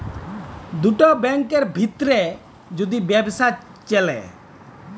দুটা ব্যাংকের ভিত্রে যদি ব্যবসা চ্যলে